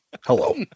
Hello